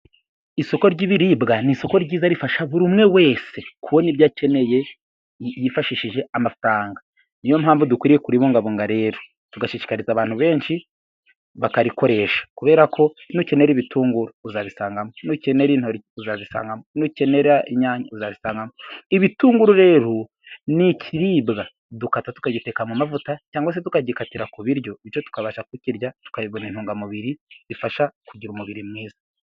Isoko ry'ibiribwa ni isoko ryiza rifasha buri umwe wese kubona ibyo akeneye yifashishije amafaranga. Niyo mpamvu dukwiriye kuribungabunga rero tugashishikariza abantu benshi bakarikoresha kubera ko nukenera ibitunguru uzabisangamo, nukenera intoryi uzazisangamo, nukenera inyanya uzazisangamo. Ibitunguru rero ni ikibiribwa dukata tukagiteka mu mavuta cyangwa se tukagikatira ku biryo bityo tukabasha kukirya tukabona intungamubiri zifasha kugira umubiri mwiza.